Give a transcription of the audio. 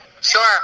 Sure